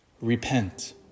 Repent